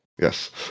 Yes